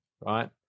right